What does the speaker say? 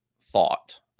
thought